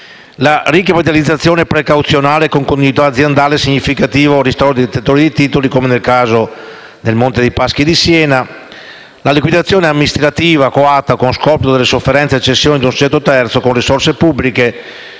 la ricapitalizzazione precauzionale con continuità aziendale e significativo ristoro dei detentori dei titoli come nel caso del Monte dei Paschi di Siena; la liquidazione amministrativa coatta con scorporo delle sofferenze e cessione ad un soggetto terzo, con risorse pubbliche